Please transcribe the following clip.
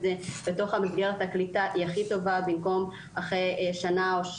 זה בתוך מסגרת הכיתה היא הכי טובה במקום אחרי שנה שהוא